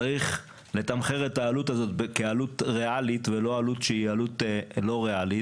צריך לתמחר את העלות הזאת כעלות ריאלית ולא עלות שהיא עלות לא ריאלית